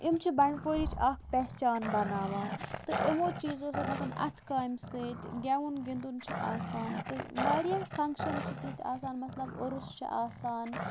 یِم چھِ بَنٛڈپورِچ اَکھ پیٚہچان بَناوان تہٕ یِمو چیٖزو سۭتۍ مَثلن اَتھٕ کامہِ سۭتۍ گٮ۪وُن گِنٛدُن چھُ آسان تہٕ واریاہ فَںٛگشَن چھِ تِتھۍ آسان مَثلن عرُس چھُ آسان